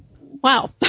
Wow